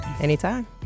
Anytime